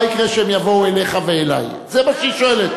צודקת.